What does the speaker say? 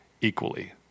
equally